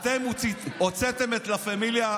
אתם הוצאתם את לה פמילייה,